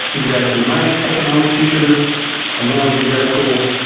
exactly. my econom ics teacher when i was in grad school,